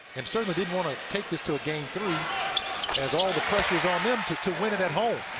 and certainly, they didn't want to take this to a game three as all the pressure is on them to to win it at home.